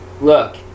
look